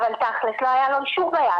אבל תכלס לא היה לו אישור ביד.